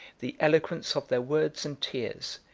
the eloquence of their words and tears,